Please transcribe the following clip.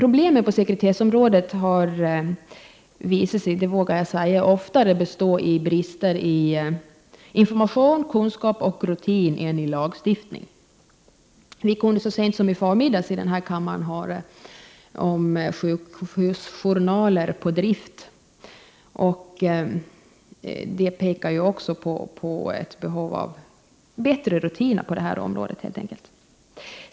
Problemen på sekretessområdet har visat sig — det vågar jag påstå — oftare bestå i brister i information, kunskap och rutiner än i lagstiftningen. Vi kunde så sent som i förmiddags i den här kammaren höra om sjukhusjournaler på drift. Det pekar också på ett behov av bättre rutiner på det här området.